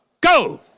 Go